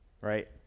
right